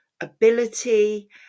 ability